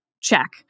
check